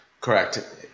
Correct